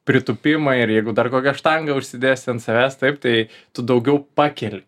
pritūpimai ir jeigu dar kokią štangą užsidėsi ant savęs taip tai tu daugiau pakeli